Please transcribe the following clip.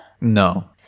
No